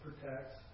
protects